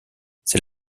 c’est